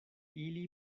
ili